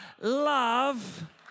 love